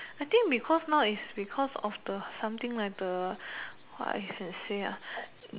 I think because now is because of the something like the what I should say